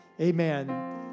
Amen